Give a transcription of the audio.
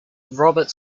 robert